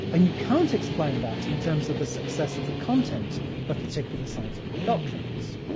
and you can't explain that in terms of the success of the content of particular scientific doctrines.